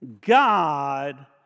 God